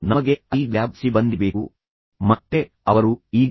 ನಮಗೆ 5 ಲ್ಯಾಬ್ ಸಿಬ್ಬಂದಿ ಬೇಕು ಮತ್ತೆ ಅವರು ಏಕೆ ಹೇಳಿದರು